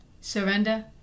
Surrender